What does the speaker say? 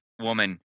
woman